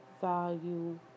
value